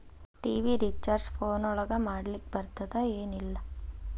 TV recharge phone ಒಳಗ ಮಾಡ್ಲಿಕ್ ಬರ್ತಾದ ಏನ್ ಇಲ್ಲ?